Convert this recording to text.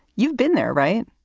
you've been there, right?